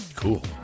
cool